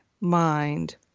mind